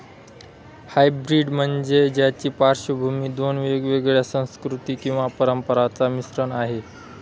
hybrid म्हणजे ज्याची पार्श्वभूमी दोन वेगवेगळ्या संस्कृती किंवा परंपरांचा मिश्रण आहे